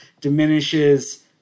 diminishes